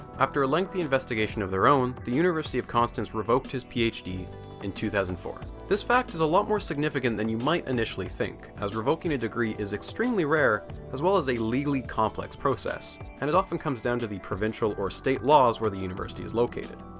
after a lengthy investigation of their own the university of konstanz revoked his ph d in two thousand and four. this fact is a lot more significant than you might initially think as revoking a degree is extremely rare as well as a legally complex process, and it often comes down to the provincial or state laws where the university is located.